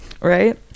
right